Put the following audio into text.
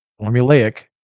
formulaic